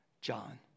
John